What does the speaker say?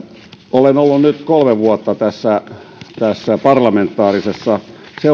olen ollut nyt kolme vuotta tässä parlamentaarisessa